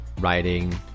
writing